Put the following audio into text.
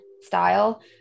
style